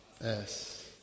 Yes